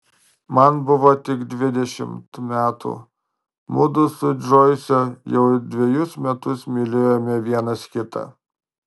man buvo tik dvidešimt metų mudu su džoise jau dvejus metus mylėjome vienas kitą